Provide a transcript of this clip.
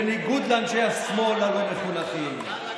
בניגוד לאנשי השמאל הלא-מחונכים.